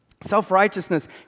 Self-righteousness